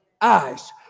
eyes